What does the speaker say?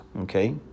Okay